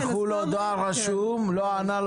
שלחו לו דואר רשום - לא ענה,